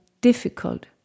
difficult